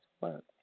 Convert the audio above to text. work